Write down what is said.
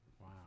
wow